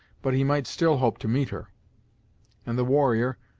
but he might still hope to meet her and the warrior,